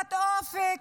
לפתיחת אופק,